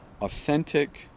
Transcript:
authentic